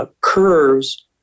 Curves